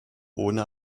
ohne